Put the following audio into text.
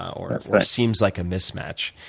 or seems like a mismatch.